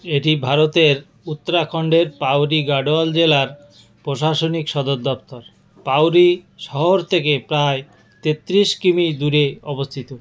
এটি ভারতের উত্তরাখণ্ডের পাউরি গাডওয়াল জেলার পোশাসনিক সদর দফতর পাউরি শহর থেকে প্রায় তেত্রিশ কিমি দূরে অবস্থিত